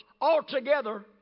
Altogether